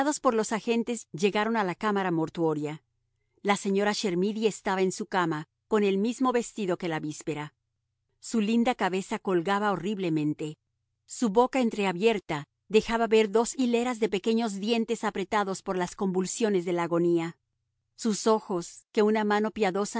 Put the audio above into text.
por los agentes llegaron a la cámara mortuoria la señora chermidy estaba en su cama con el mismo vestido que la víspera su linda cabeza colgaba horriblemente su boca entreabierta dejaba ver dos hileras de pequeños dientes apretados por las convulsiones de la agonía sus ojos que una mano